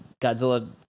Godzilla